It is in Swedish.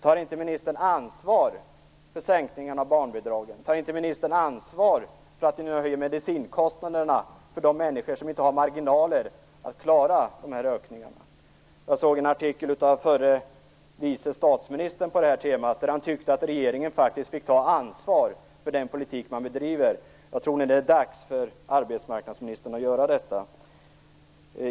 Tar inte ministern ansvar för sänkningarna av barnbidragen? Tar inte ministern ansvar för att ni nu höjer medicinkostnaderna för de människor som inte har marginaler för att klara ökningarna? Jag såg en artikel av förre vice statsministern på detta tema. Han tyckte att regeringen skulle ta ansvar för den politik man bedriver. Jag tror att det är dags för arbetsmarknadsministern att göra detta.